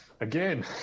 again